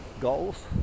goals